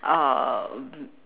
um